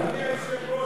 אדוני היושב-ראש,